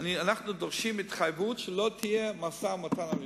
אנחנו דורשים התחייבות שלא תהיה משא-ומתן על ירושלים.